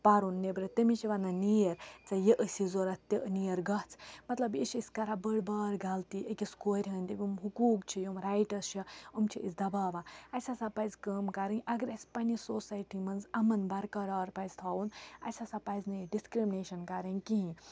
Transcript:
پَرُن نیٚبرٕ تٔمِس چھِ وَنان نیر ژےٚ یہِ ٲسی ضوٚرَتھ تہِ نیر گژھ مطلب بیٚیہِ چھِ أسۍ کَران بٔڑبارغلطی أکِس کورِ ہِنٛدۍ یِم حقوٗق چھِ یِم رایٹٕس چھِ یِم چھِ أسۍ دَباوان اَسہِ ہَسا پَزِ کٲم کَرٕنۍ اگر اَسہِ پنٛنہِ سوسایٹی منٛز اَمَن برقرار پَزِ تھاوُن اَسہِ ہَسا پَزِ نہٕ یہِ ڈِسکٕرٛمنیشَن کَرٕنۍ کِہیٖنۍ